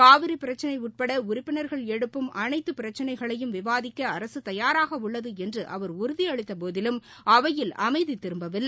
காவிரி பிரச்சினை உட்பட உறுப்பினா்கள் எழுப்பும் அனைத்து பிரச்சினைகளையும் விவாதிக்க அரசு தயாராக உள்ளது என்று அவர் உறுதியளித்த போதிலும் அவையில் அமைதி திரும்பவில்லை